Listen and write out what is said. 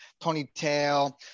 ponytail